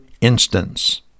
instance